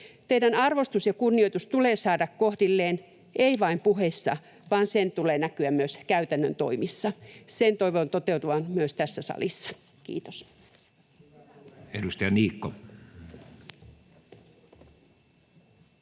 Teidän arvostuksenne ja kunnioituksenne tulee saada kohdilleen, ei vain puheissa, vaan sen tulee näkyä myös käytännön toimissa. Sen toivon toteutuvan myös tässä salissa. — Kiitos.